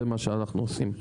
זה מה שאנחנו עושים.